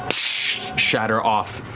shatter off.